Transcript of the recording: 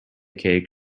cake